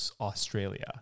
Australia